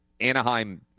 Anaheim